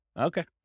Okay